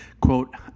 Quote